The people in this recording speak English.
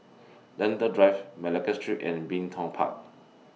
Lentor Drive Malacca Street and Bin Tong Park